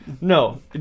No